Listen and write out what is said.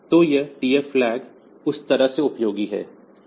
तो यह TF flag उस तरह से उपयोगी हैं